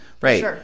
Right